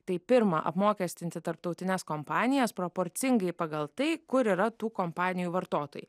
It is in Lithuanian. tai pirma apmokestinti tarptautines kompanijas proporcingai pagal tai kur yra tų kompanijų vartotojai